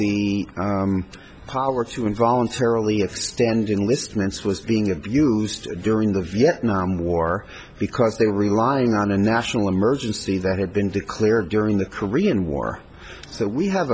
y power to involuntarily if standing list ments was being abused during the vietnam war because they were relying on a national emergency that had been declared during the korean war so we have